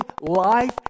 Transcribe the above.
life